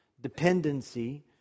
dependency